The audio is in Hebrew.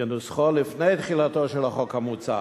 כנוסחו לפני תחילתו של החוק המוצע.